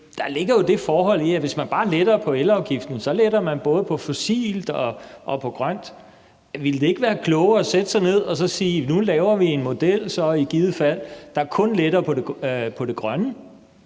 der ligger jo det forhold, at hvis man bare letter på elafgiften, letter man for både fossil og grøn strøm. Ville det i givet fald så ikke være klogere at sætte sig ned og sige, at nu laver vi en model, der kun letter for det grønne?